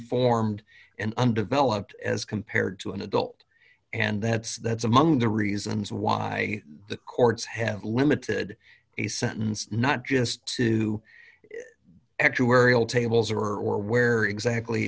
unformed and undeveloped as compared to an adult and that's that's among the reasons why the courts have limited a sentence not just to actuarial tables or or where